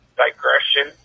digression